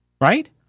right